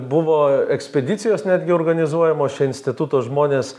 buvo ekspedicijos netgi organizuojamos čia instituto žmonės